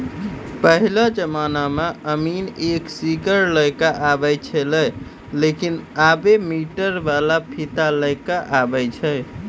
पहेलो जमाना मॅ अमीन एक सीकड़ लै क आबै छेलै लेकिन आबॅ मीटर वाला फीता लै कॅ आबै छै